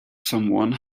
someone